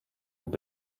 will